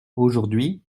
aujourd’hui